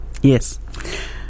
Yes